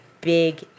big